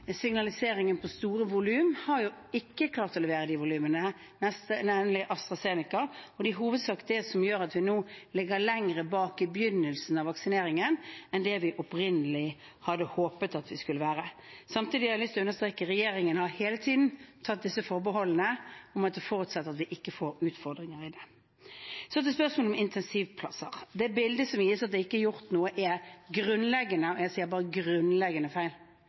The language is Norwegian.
jo ikke klart å levere de volumene, nemlig AstraZeneca, og det er i hovedsak det som gjør at vi nå ligger lenger bak i begynnelsen av vaksineringen enn det vi opprinnelig hadde håpet at vi skulle være. Samtidig har jeg lyst til å understreke at regjeringen hele tiden har tatt disse forbeholdene, at det forutsetter at vi ikke får utfordringer med dette. Så til spørsmålet om intensivplasser: Det bildet som gis av at det ikke er gjort noe, er grunnleggende